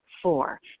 Four